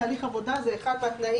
"פגיעה רבה בתהליך עבודה" זה אחד מהתנאים